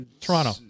Toronto